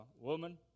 woman